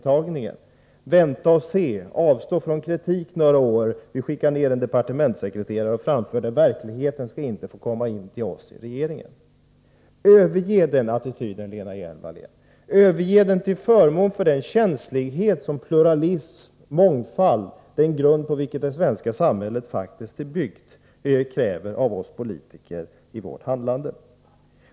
Den attityd man intog gick ut på följande: Vänta och se! Avstå från kritik några år! Vi skickar en departementssekreterare som framför det. Verkligheten skall inte få komma in till oss i regeringen. Överge den attityden, Lena Hjelm-Wallén! Överge den till förmån för den känslighet som pluralism, mångfald — den grund på vilken det svenska samhället faktiskt är byggt — kräver av oss politiker i vårt handlande!